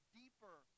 deeper